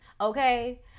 okay